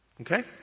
Okay